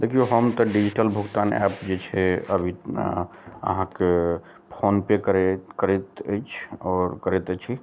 देखियौ हम तऽ डिजिटल भुगतान एप जे छै अभी आहाँके फोन पे करैत करैत अछि आओर करैत अछि